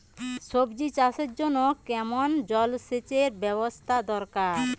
সবজি চাষের জন্য কেমন জলসেচের ব্যাবস্থা দরকার?